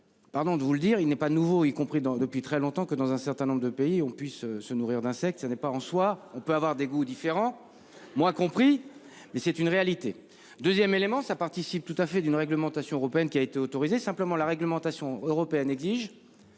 Pardon de vous le dire, il n'est pas nouveau, y compris dedans depuis très longtemps que dans un certain nombre de pays on puisse se nourrir d'insectes. Ça n'est pas en soi, on peut avoir des goûts différents, moi compris. Mais c'est une réalité 2ème élément ça participe tout à fait d'une réglementation européenne qui a été autorisé simplement la réglementation européenne exige.